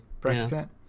Brexit